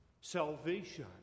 salvation